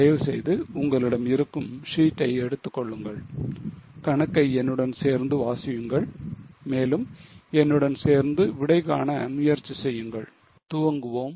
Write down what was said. தயவுசெய்து உங்களிடம் இருக்கும் sheet ஐ எடுத்துக் கொள்ளுங்கள் கணக்கை என்னுடன் சேர்ந்து வாசியுங்கள் மேலும் என்னுடன் சேர்ந்து விடைகாண முயற்சி செய்யுங்கள் துவங்குவோம்